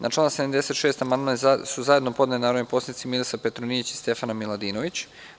Na član 76. amandman su zajedno podneli narodni poslanici Milisav Petronijević i Stefana Miladinović.